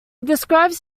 describes